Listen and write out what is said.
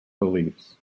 beliefs